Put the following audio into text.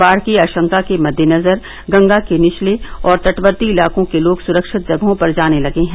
बाढ़ की आषंका के मद्देनज़र गंगा के निचले और तटवर्ती इलाकों के लोग सुरक्षित जगहों पर जाने लगे हैं